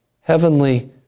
heavenly